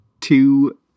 two